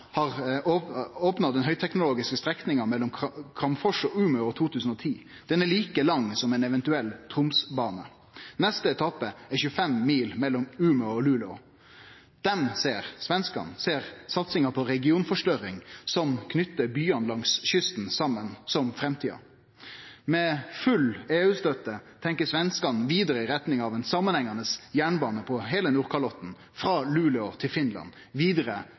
har opna den høgteknologiske strekninga mellom Kramfors og Umeå i 2010. Den er like lang som ein eventuell Tromsbane. Neste etappe er 25 mil, mellom Umeå og Luleå. Svenskane ser satsinga på «regionforstørring», som knyter byane langs kysten saman, som framtida. Med full EU-støtte tenkjer svenskane vidare i retning av ein samanhengande jernbane på heile Nordkalotten, frå Luleå til Finland, vidare